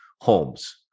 homes